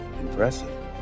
impressive